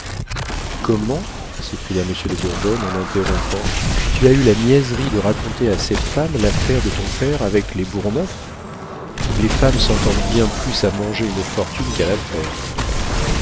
comment s'écria monsieur de bourbonne en interrompant tu as eu la niaiserie de raconter à cette femme l'affaire de ton père avec les bourgneuf les femmes s'entendent bien plus à manger une fortune qu'à la